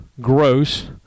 Gross